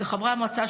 חברי המועצה,